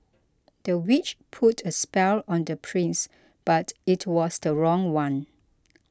the witch put a spell on the prince but it was the wrong one